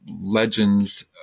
legends